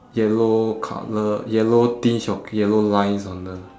yellow colour yellow tinge of yellow lines on the